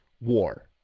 war